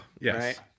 Yes